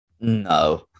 No